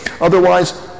Otherwise